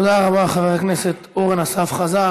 תודה רבה, חבר הכנסת אורן אסף חזן.